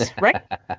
right